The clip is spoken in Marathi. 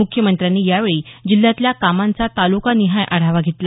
मुख्यमंत्र्यांनी यावेळी जिल्ह्यातील कामांचा तालुकानिहाय आढावा घेतला